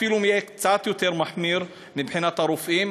אפילו אם הוא יהיה קצת יותר מחמיר מבחינת הרופאים,